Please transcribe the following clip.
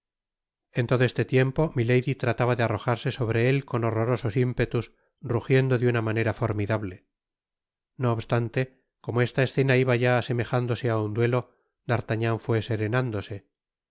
en todo este tiempo milady trataba de arrojarse sobre él con horrorosos ímpetus rugiendo de una manera formidable no obstante como esta escena iba ya asemejándose á un duelo d'artagnan fué serenándose